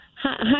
Hi